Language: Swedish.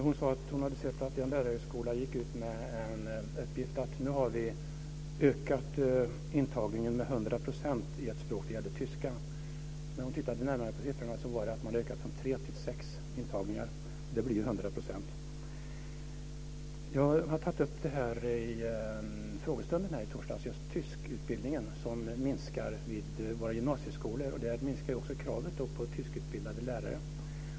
Hon hade sett att en lärarhögskola gick ut med en uppgift om att ha ökat intagningen med 100 % i ett språk, det gällde tyska. När hon tittade närmare på siffrorna såg hon att man hade ökat från tre till sex intagningar, och det blir ju 100 %. Jag har tagit upp på frågestunden just tyskutbildningen, som minskar vid våra gymnasieskolor. Därmed minskar också kraven på tyskutbildade lärare.